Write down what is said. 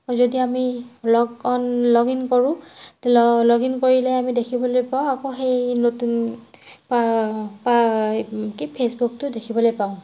যদি আমি log on log in কৰোঁ ল লগ ইন কৰিলে আমি দেখিবলৈ পাওঁ আকৌ সেই নতুন কি ফেচবুকটো দেখিবলৈ পাওঁ